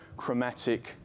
chromatic